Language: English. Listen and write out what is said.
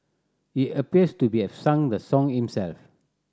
he appears to be have sung the song himself